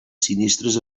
sinistres